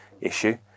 issue